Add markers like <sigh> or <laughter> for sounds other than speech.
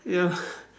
ya <breath>